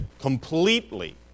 completely